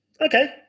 okay